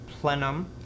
plenum